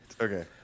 okay